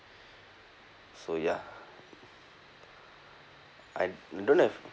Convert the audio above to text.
so ya I don't have